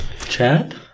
Chad